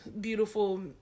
beautiful